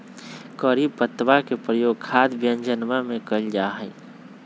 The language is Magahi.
करी पत्तवा के प्रयोग खाद्य व्यंजनवन में कइल जाहई